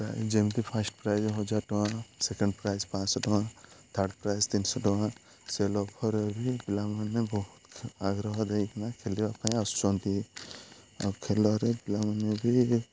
ଯେମିତି first prize ହଜାର ଟଙ୍କା ସେକେଣ୍ଡ ପ୍ରାଇଜ୍ ପାଞ୍ଚ ଶହ ଟଙ୍କା ଥାର୍ଡ଼ ପ୍ରାଇଜ୍ ତିନିଶହ ଟଙ୍କା ସେ ଲକ୍ଷରେ ବି ପିଲାମାନେ ବହୁତ ଆଗ୍ରହ ଦେଇକିନା ଖେଲିବା ପାଇଁ ଆସୁଛନ୍ତି ଆଉ ଖେଲରେ ପିଲାମାନେ ବି